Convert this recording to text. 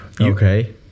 Okay